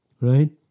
right